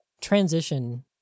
transition